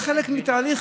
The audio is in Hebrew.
זה חלק מתהליך,